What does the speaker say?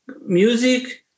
music